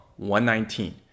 119